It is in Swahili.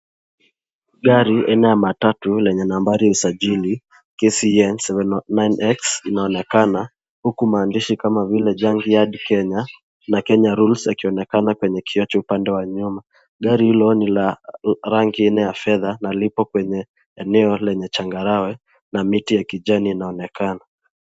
Gari aina ya matatu lenye nambari ya usajili KCN 709X inaonekana, huku maandishi kama vile junkyard kenya na Kenya rules yakionekana kwenye kioo cha upande wa nyuma. Gari hilo ni la rangi ile ya fedha, na lipo penye eneo lenye changarawe na miti ya kijani inaonekana.